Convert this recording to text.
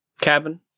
cabin